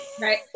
Right